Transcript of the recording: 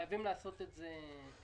חייבים לעשות את זה מיד.